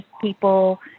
people